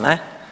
Ne?